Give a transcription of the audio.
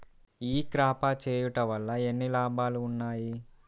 ఈ క్రాప చేయుట వల్ల ఎన్ని లాభాలు ఉన్నాయి?